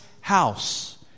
house